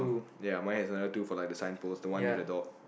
ya my has other two for like the sign post the one with the dog